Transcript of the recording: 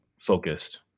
focused